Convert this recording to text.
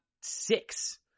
six